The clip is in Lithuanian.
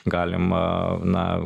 galima na